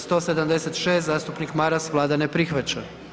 176. zastupnik Maras Vlada ne prihvaća.